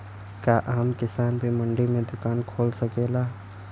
का आम किसान भी मंडी में दुकान खोल सकेला?